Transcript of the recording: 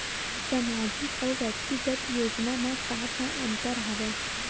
सामाजिक अउ व्यक्तिगत योजना म का का अंतर हवय?